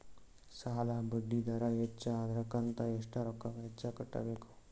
ಸಾಲಾ ಬಡ್ಡಿ ದರ ಹೆಚ್ಚ ಆದ್ರ ಕಂತ ಎಷ್ಟ ರೊಕ್ಕ ಹೆಚ್ಚ ಕಟ್ಟಬೇಕು?